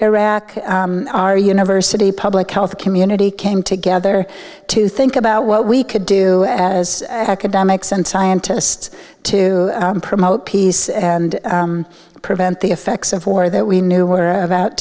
iraq our university public health community came together to think about what we could do as academics and scientists to promote peace and prevent the effects of war that we knew were about